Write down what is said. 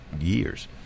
years